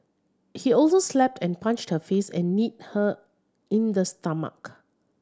he also slapped and punched her face and kneed her in the stomach